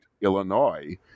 Illinois